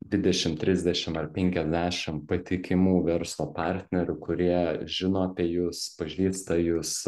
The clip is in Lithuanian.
dvidešim trisdešim ar penkiasdešim patikimų verslo partnerių kurie žino apie jus pažįsta jus